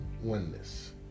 oneness